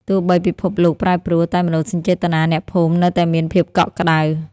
ទោះបីពិភពលោកប្រែប្រួល តែមនោសញ្ចេតនាអ្នកភូមិនៅតែមានភាពកក់ក្តៅ។